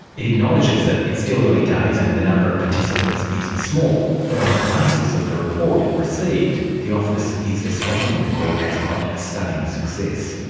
it acknowledges that it's still early days and the number of participants is small, but on the basis of the report it received, the office is describing the court as a a stunning success.